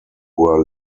were